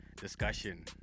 discussion